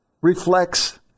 reflects